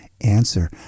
answer